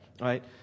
right